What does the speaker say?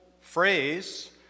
phrase